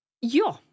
Ja